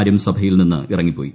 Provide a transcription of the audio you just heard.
മാരും സഭയിൽ നിന്ന് ഇറങ്ങിപ്പോയി